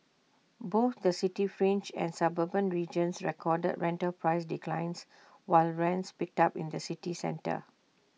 both the city fringe and suburban regions recorded rental price declines while rents picked up in the city centre